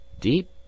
Deep